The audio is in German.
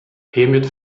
hiermit